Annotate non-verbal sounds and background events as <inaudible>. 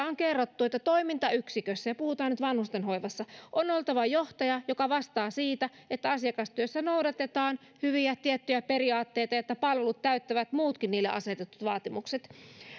<unintelligible> on kerrottu että toimintayksikössä ja nyt puhutaan vanhustenhoivasta on oltava johtaja joka vastaa siitä että asiakastyössä noudatetaan tiettyjä hyviä periaatteita ja että palvelut täyttävät muutkin niille asetetut vaatimukset